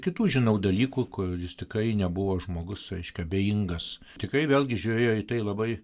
kitų žinau dalykų kur jis tikrai nebuvo žmogus reiškia abejingas tikrai vėlgi žiūrėjo į tai labai